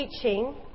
teaching